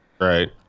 Right